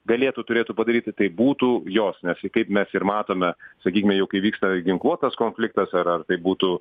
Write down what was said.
galėtų turėtų padaryti tai būtų jos nes kaip mes ir matome sakykime jau kai vyksta ginkluotas konfliktas ar ar tai būtų